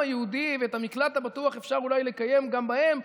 היהודי ואת המקלט הבטוח אולי אפשר לקיים גם בהן,